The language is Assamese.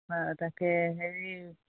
হয় তাকে হেৰি